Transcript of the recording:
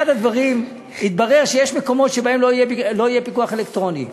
התברר שיש מקומות שבהם לא יהיה פיקוח אלקטרוני,